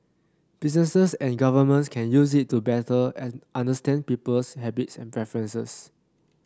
businesses and governments can use it to better understand people's habits and preferences